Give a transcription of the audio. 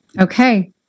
Okay